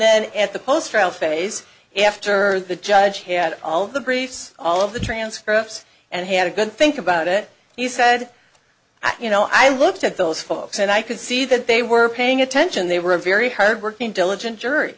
then at the post trial phase after the judge had all of the briefs all of the transcripts and had a good think about it he said you know i looked at those folks and i could see that they were paying attention they were very hardworking diligent jury